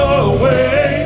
away